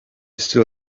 still